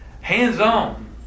Hands-on